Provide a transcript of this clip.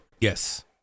Yes